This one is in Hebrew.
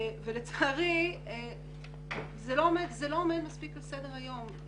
לצערי זה לא עומד מספיק על סדר היום.